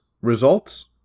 results